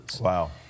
Wow